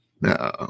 no